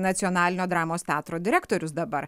nacionalinio dramos teatro direktorius dabar